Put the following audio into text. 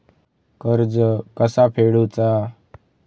कर्ज कसा फेडुचा?